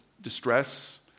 distress